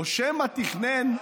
או שמא תכנן,